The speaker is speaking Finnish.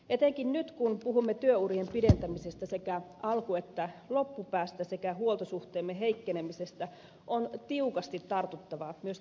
etenkin nyt kun puhumme työurien pidentämisestä sekä alku että loppupäästä sekä huoltosuhteemme heikkenemisestä on tiukasti tartuttava myös tähän kysymykseen